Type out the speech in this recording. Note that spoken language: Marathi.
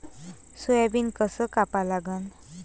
सोयाबीन कस कापा लागन?